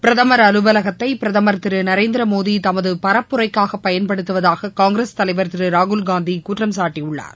பிரதமர் அலுவலகத்தை பிரதமர் திரு நரேந்திரமோடி தமது பரப்புரைக்காக பயன்படுத்துவதாக காங்கிரஸ் தலைவர் திரு ராகுல்காந்தி குற்றம் சாட்டியுள்ளார்